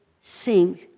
sing